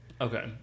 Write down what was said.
okay